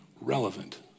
relevant